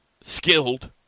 Skilled